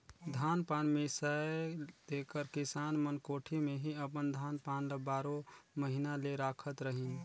धान पान मिसाए तेकर किसान मन कोठी मे ही अपन धान पान ल बारो महिना ले राखत रहिन